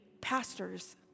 pastors